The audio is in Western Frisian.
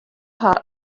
har